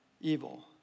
evil